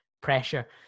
pressure